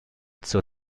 zur